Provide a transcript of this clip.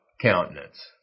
countenance